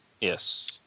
Yes